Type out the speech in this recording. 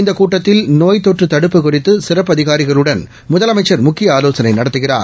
இந்த கூட்டத்தில் நோய்த்தோற்று தடுப்பு குறித்து சிறப்பு அதிகாரிகளுடன் முதலமைச்சர் முக்கிய ஆலோசனை நடத்துகிறார்